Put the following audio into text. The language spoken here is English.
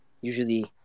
usually